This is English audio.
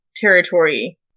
territory